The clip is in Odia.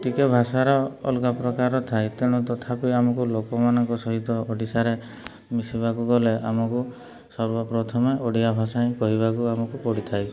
ଟିକେ ଭାଷାର ଅଲଗା ପ୍ରକାର ଥାଏ ତେଣୁ ତଥାପି ଆମକୁ ଲୋକମାନଙ୍କ ସହିତ ଓଡ଼ିଶାରେ ମିଶିବାକୁ ଗଲେ ଆମକୁ ସର୍ବପ୍ରଥମେ ଓଡ଼ିଆ ଭାଷା ହିଁ କହିବାକୁ ଆମକୁ ପଡ଼ିଥାଏ